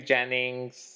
Jennings